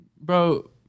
bro